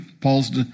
Paul's